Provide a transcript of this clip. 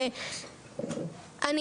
אני